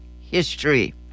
history